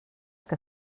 que